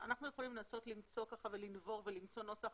אנחנו יכולים לנבור ולמצוא נוסח.